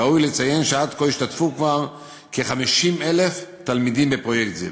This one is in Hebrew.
ראוי לציין שעד כה השתתפו כ-50,000 תלמידים בפרויקט זה.